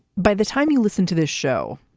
by the time you listened to this show,